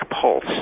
pulse